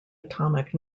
atomic